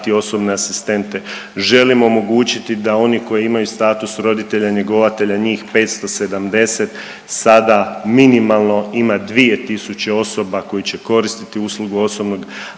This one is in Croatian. osobne asistente, želimo omogućiti da oni koji imaju status roditelja njegovatelja njih 570 sada minimalno ima 2 tisuće osoba koje će koristiti uslugu osobnog asistenta,